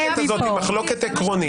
המחלוקת הזאת היא מחלוקת עקרונית.